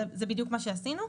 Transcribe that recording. נכון, זה בדיוק מה שעשינו.